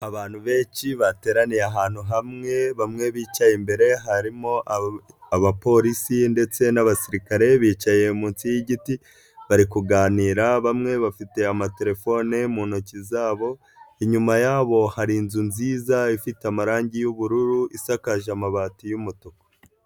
Abantu benshi bateraniye ahantu hamwe, bamwe bicaye imbere harimo aba, abapolisi ndetse n'abasirikare, bicaye munsi y'igiti bari kuganira, bamwe bafite amatelefone mu ntoki zabo, inyuma yabo hari inzu nziza ifite amarangi y'ubururu isakaje amabati y'umutuku.